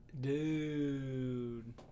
Dude